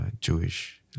Jewish